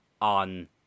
on